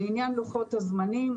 לעניין לוחות הזמנים,